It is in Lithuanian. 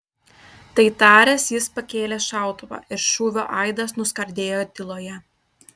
tai taręs jis pakėlė šautuvą ir šūvio aidas nuskardėjo tyloje